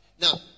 Now